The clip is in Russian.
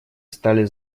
стали